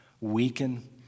weaken